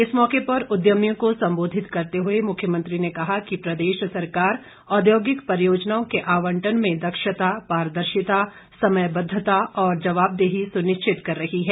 इस मौके पर उद्यमियों को संबोधित करते हुए मुख्यमंत्री ने कहा कि प्रदेश सरकार औद्योगिक परियोजनाओं के आवंटन में दक्षता पारदर्शिता समयबद्धता और जवाबदेही सुनिश्चित कर रही है